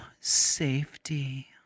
safety